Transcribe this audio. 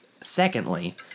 Secondly